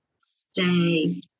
Stay